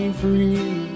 free